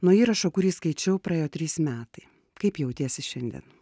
nuo įrašo kurį skaičiau praėjo trys metai kaip jautiesi šiandien